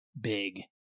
big